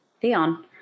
Theon